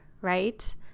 right